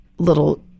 little